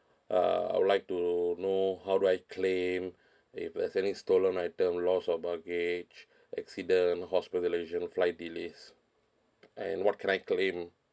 uh I'd like to know how do I claim if there's any stolen item loss of baggage accident hospitalisation flight delays and what can I claim